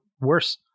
worse